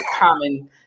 common